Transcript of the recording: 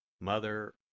Mother